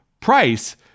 price